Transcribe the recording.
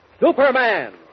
Superman